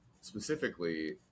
specifically